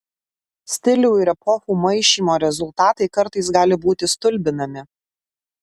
stilių ir epochų maišymo rezultatai kartais gali būti stulbinami